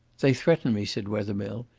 they threaten me, said wethermill.